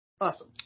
awesome